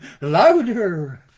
louder